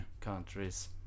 countries